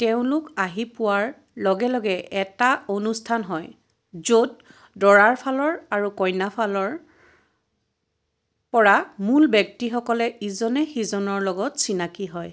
তেওঁলোক আহি পোৱাৰ লগে লগে এটা অনুষ্ঠান হয় য'ত দৰাৰ ফালৰ আৰু কইনা ফালৰ পৰা মূল ব্যক্তিসকলে ইজনে সিজনৰ লগত চিনাকি হয়